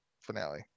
finale